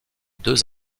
deux